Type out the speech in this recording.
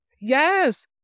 Yes